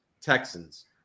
Texans